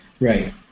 Right